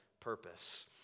purpose